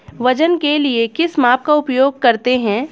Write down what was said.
वजन के लिए किस माप का उपयोग करते हैं?